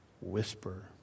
whisper